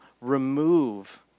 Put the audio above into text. remove